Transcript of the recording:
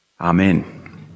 Amen